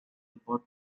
report